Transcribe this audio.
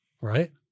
right